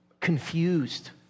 confused